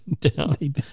down